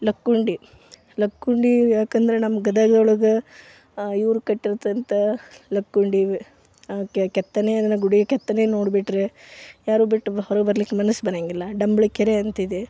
ಲಕ್ಕುಂಡಿ ಲಕ್ಕುಂಡಿ ಯಾಕಂದರೆ ನಮ್ಮ ಗದಗಿನೊಳಗೆ ಇವರು ಕಟ್ಟಿರ್ತಾಂಥ ಲಕ್ಕುಂಡಿ ಕೆತ್ತನೆ ಅದನ್ನು ಗುಡಿ ಕೆತ್ತನೆ ನೋಡಿ ಬಿಟ್ಟರೆ ಯಾರೂ ಬಿಟ್ಟು ಹೊರಗೆ ಬರಲಿಕ್ಕೆ ಮನಸ್ಸು ಬರೋಂಗಿಲ್ಲ ಡಂಬಳಿ ಕೆರೆ ಅಂತ ಇದೆ